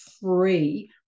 free